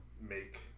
make